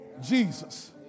Jesus